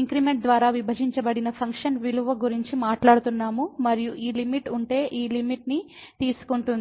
increment ద్వారా విభజించబడిన function విలువ గురించి మాట్లాడుతున్నాము మరియు ఈ లిమిట్ ఉంటే ఈ లిమిట్ ని తీసుకుంటుంది